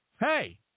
hey